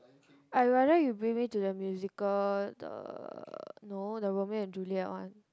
I rather you bring me to the musical the no the Romeo-and-Juliet one